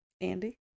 Andy